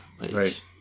Right